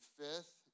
fifth